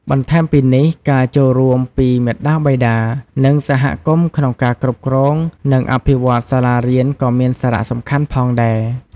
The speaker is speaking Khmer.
បន្ថែមពីនេះ ការចូលរួមពីមាតាបិតា និងសហគមន៍ក្នុងការគ្រប់គ្រង និងអភិវឌ្ឍន៍សាលារៀនក៏មានសារៈសំខាន់ផងដែរ។